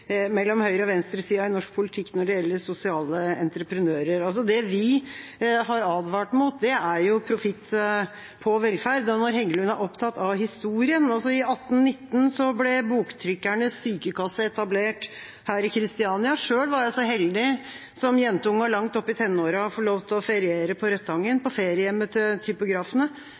mellom høyre- og venstresida i norsk politikk når det gjelder sosiale entreprenører. Det vi har advart mot, er jo profitt på velferd. Når Heggelund er opptatt av historien: I 1819 ble Boktrykkernes sykekasse etablert i Christiania. Selv var jeg som jentunge og langt opp i tenårene så heldig å få lov til å feriere på Rødtangen, på feriehjemmet til typografene.